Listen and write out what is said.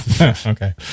okay